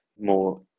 more